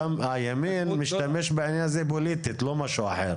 גם הימין משתמש בעניין הזה פוליטית, לא משהו אחר.